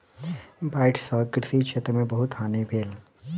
बाइढ़ सॅ कृषि क्षेत्र में बहुत हानि भेल